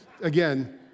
again